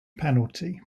penalty